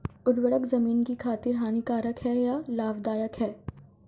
उर्वरक ज़मीन की खातिर हानिकारक है या लाभदायक है?